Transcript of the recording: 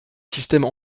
systèmes